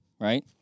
right